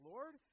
Lord